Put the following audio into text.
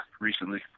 recently